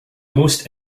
most